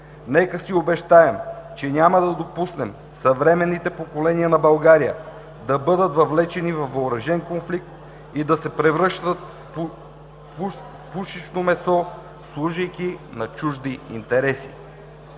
Нека си обещаем, че няма да допуснем съвременните поколения на България да бъдат въвлечени във въоръжен конфликт и да се превръщат в пушечно месо, служейки на чужди интереси.